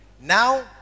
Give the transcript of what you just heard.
Now